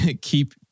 keep